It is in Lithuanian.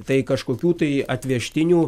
tai kažkokių tai atvežtinių